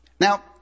Now